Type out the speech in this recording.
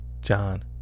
John